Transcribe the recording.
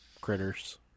Critters